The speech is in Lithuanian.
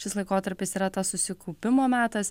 šis laikotarpis yra tas susikaupimo metas